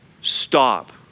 stop